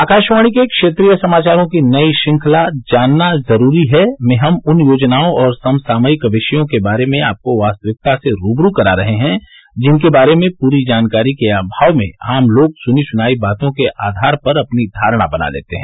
आकाशवाणी के क्षेत्रीय समाचारों की नई श्रृंखला जानना जरूरी है में हम उन योजनाओं और समसामयिक विषयों के बारे में आपको वास्तविकता से रूबरू करा रहे हैं जिनके बारे में पूरी जानकारी के अभाव में आम लोग सुनी सुनाई बातों के आधार पर अपनी धारणा बना लेते हैं